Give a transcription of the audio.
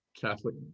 Catholic